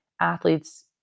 athletes